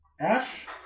Ash